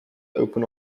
open